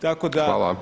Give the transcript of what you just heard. Tako da